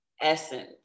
essence